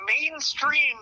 mainstream